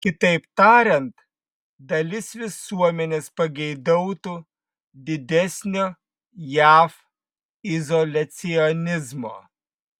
kitaip tariant dalis visuomenės pageidautų didesnio jav izoliacionizmo